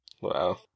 Wow